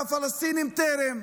והפלסטינים טרם.